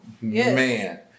man